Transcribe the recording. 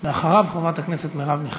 אחריו, חברת הכנסת מרב מיכאלי.